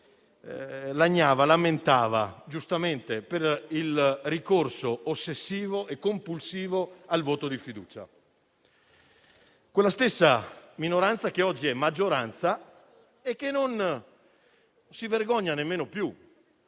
lagnava giustamente per il ricorso ossessivo e compulsivo al voto di fiducia. Quella stessa minoranza oggi è maggioranza e non si vergogna nemmeno più